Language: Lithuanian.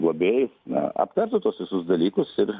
globėju na aptartų tuos visus dalykus ir